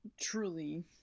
truly